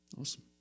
Awesome